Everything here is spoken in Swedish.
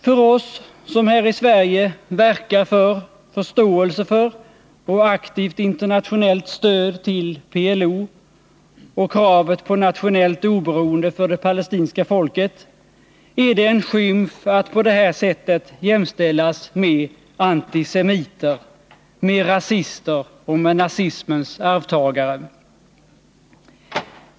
För oss här i Sverige som verkar för förståelse för och aktivt internationellt stöd till PLO och kravet på nationellt oberoende för det palestinska folket är det en skymfatt på det här sättet jämställas med antisemiter, med rasister och med nazismens arvtagare.